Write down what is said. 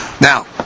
Now